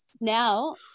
now